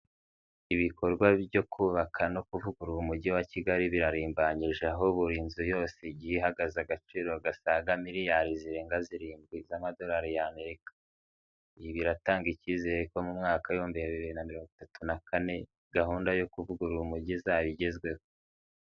Ibikorwa byo kubaka no kuvugurura umujyi wa Kigali birarimbanyije aho buri nzu yose igiye ihagaze agaciro gasaga miriyari zirenga zirindwi z'amadorari y'Amerika, ibi biratanga icyizere ko mu mwakaka w'ibimbi bibiri na mirongo itatu na kane gahunda yo kuvugurura umujyi izaba igezweho.